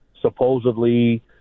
supposedly